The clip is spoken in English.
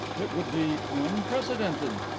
it would be unprecedented.